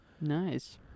Nice